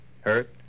hurt